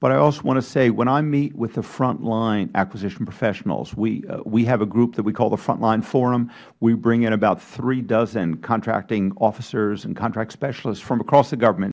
but i also want to say when i meet with the front line acquisition professionals we have a group that we call the front line forum we bring in about three dozen contracting officers and contract specialists from across the government